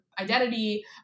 identity